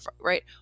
right